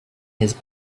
his